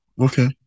Okay